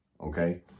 Okay